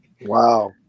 Wow